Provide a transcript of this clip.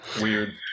weird